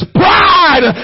pride